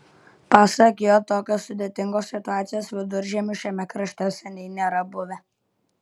pasak jo tokios sudėtingos situacijos viduržiemiu šiame krašte seniai nėra buvę